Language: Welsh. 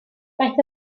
daeth